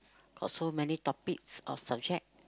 cause so many topics or subject